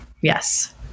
Yes